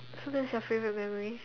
so that's your favourite memory